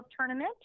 tournament